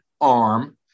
arm